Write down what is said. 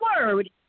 word